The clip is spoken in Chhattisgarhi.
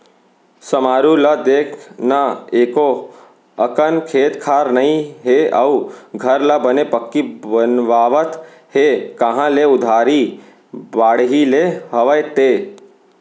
समारू ल देख न एको अकन खेत खार नइ हे अउ घर ल बने पक्की बनवावत हे कांहा ले उधारी बाड़ही ले हवय ते?